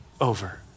over